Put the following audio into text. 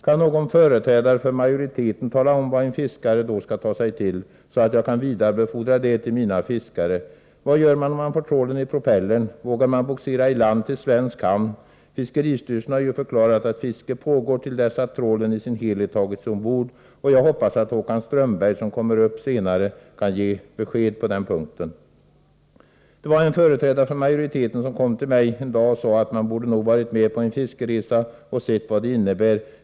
Kan någon företrädare för majoriteten tala om vad en fiskare då skall ta sig till, så att jag kan vidarebefordra det till mina fiskare? Vad gör man om man får trålen i propellern? Vågar man bogsera i land till svensk hamn? Fiskeristyrelsen har ju förklarat att fiske pågår till dess att trålen i sin helhet tagits ombord. Jag hoppas att Håkan Strömberg, som kommer upp senare i debatten, kan ge oss besked. En företrädare för majoriteten kom till mig en dag och sade: Man borde nog ha varit med på en fiskeresa och sett vad en sådan innebär.